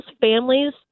families